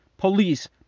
Police